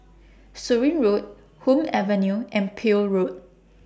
Surin Road Hume Avenue and Peel Road